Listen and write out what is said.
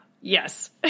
yes